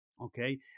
okay